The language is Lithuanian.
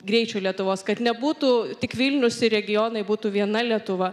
greičiau lietuvos kad nebūtų tik vilnius ir regionai būtų viena lietuva